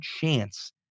chance